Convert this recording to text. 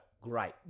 great